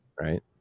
Right